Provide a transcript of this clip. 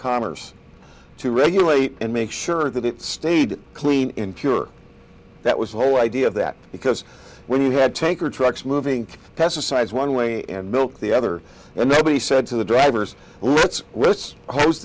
commerce to regulate and make sure that it stayed clean and pure that was the whole idea of that because when you had tanker trucks moving pesticides one way and milk the other and then he said to the drivers let's let's hos